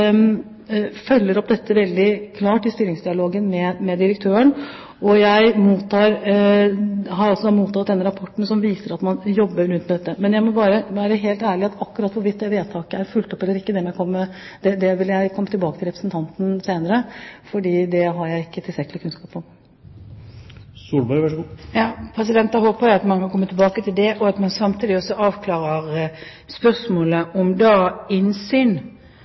følger opp dette veldig klart i styringsdialogen med direktøren, og jeg har altså mottatt denne rapporten som viser at man jobber mye med dette. Men jeg må bare være helt ærlig: Akkurat hvorvidt det vedtaket er fulgt opp eller ikke, vil jeg komme tilbake til representanten med senere, fordi det har jeg ikke tilstrekkelig kunnskap om. Da håper jeg at man kommer tilbake til det, og at man samtidig også avklarer spørsmålet om innsyn